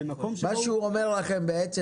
הוא בעצם